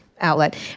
outlet